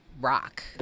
rock